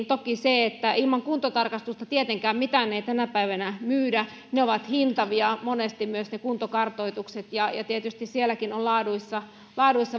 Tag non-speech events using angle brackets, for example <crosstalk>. <unintelligible> toki ilman kuntotarkastusta mitään ei tietenkään tänä päivänä myydä mutta ne ovat monesti hintavia myös ne kuntokartoitukset tietysti laaduissa on